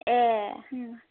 ए ओं